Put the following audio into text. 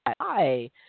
Hi